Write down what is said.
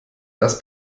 das